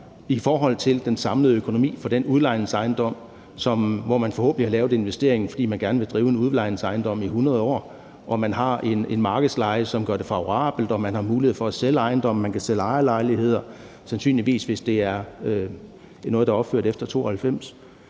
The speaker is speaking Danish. i forhold til den samlede økonomi for den udlejningsejendom, når man forhåbentlig har lavet investeringen, fordi man gerne vil drive en udlejningsejendom i 100 år, og når man har en markedsleje, som gør det favorabelt, og man har mulighed for at sælge ejendom? Man kan sandsynligvis sælge ejerlejligheder, hvis det er noget, der er opført efter 1992.